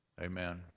Amen